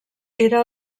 era